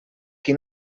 qui